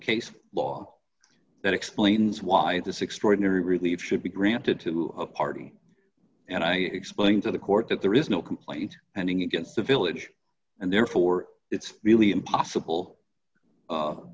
case law that explains why this extraordinary relieve should be granted to a party and i explained to the court that there is no complaint and against the village and therefore it's really impossible